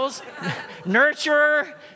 Nurturer